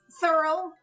thorough